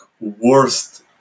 worst